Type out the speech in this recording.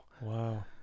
Wow